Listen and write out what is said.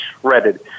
shredded